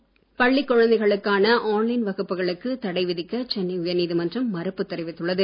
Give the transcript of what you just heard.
on line வகுப்பு பள்ளிக்குழந்தைகளுக்கான online வகுப்புகளுக்கு தடை விதிக்க சென்னை உயர்நீதிமன்றம் மறுப்பு தெரிவித்துள்ளது